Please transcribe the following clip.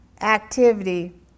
Activity